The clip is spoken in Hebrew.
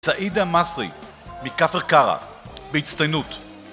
סעידה מסרי, מקפר קרה, בהצטיינות